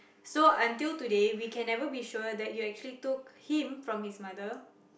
so until today we can never be sure that you actually took him from his mother